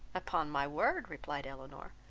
upon my word, replied elinor,